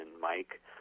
Mike